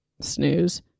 Snooze